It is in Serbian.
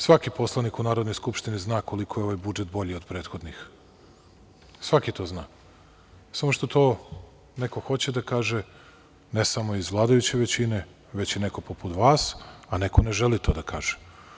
Svaki poslanik u Narodnoj skupštini zna koliko je ovaj budžet bolji od prethodnih, svaki to zna, samo što to neko hoće da kaže, ne samo iz vladajuće većine, već i neko poput vas, a neko ne želi to da kaže.